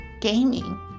gaming